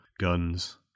guns